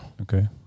Okay